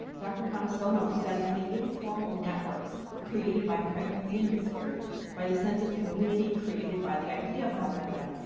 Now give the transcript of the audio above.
dr. hanasono studies the informal networks created by pregnancy and miscarriage, by the sense of community created by the idea of motherhood,